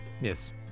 Yes